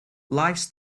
lifes